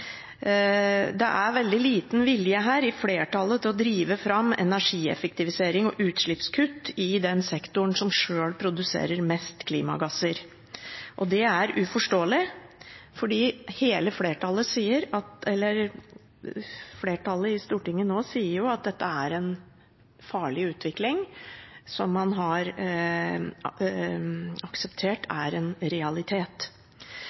veldig liten vilje her blant flertallet til å drive fram energieffektivisering og utslippskutt i den sektoren som sjøl produserer mest klimagasser. Og det er uforståelig, for flertallet i Stortinget nå sier jo at dette er en farlig utvikling, som man har akseptert